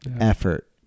effort